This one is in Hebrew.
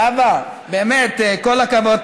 זהבה, באמת, כל הכבוד.